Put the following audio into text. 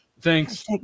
thanks